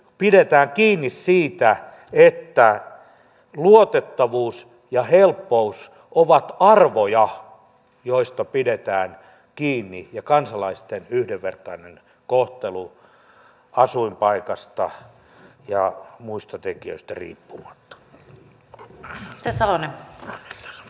pidetään kiinni siitä että luotettavuus ja helppous ovat arvoja joista pidetään kiinni ja kansalaisten yhdenvertainen kohtelu asuinpaikasta ja muista tekijöistä riippumatta